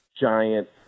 giant